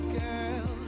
girl